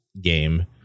game